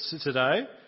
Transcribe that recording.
today